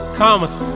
commas